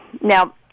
Now